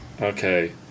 Okay